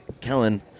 kellen